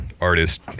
artist